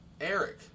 Eric